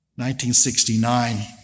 1969